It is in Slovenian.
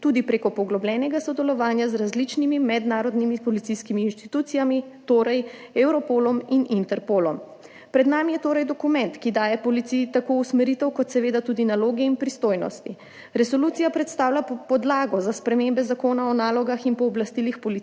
tudi prek poglobljenega sodelovanja z različnimi mednarodnimi policijskimi institucijami, torej Europolom in Interpolom. Pred nami je torej dokument, ki daje policiji tako usmeritev kot seveda tudi naloge in pristojnosti. Resolucija predstavlja podlago za spremembe Zakona o nalogah in pooblastilih policije,